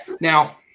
Now